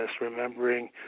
remembering